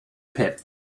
pit